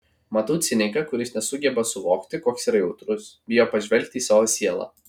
matau ciniką kuris nesugeba suvokti koks yra jautrus bijo pažvelgti į savo sielą